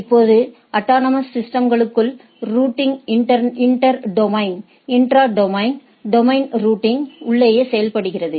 இப்போது அட்டானமஸ் சிஸ்டம்களுக்குள் routing inter domain intra domain domain ரூட்டிங்க்கு உள்ளேயே செய்யப்படுகிறது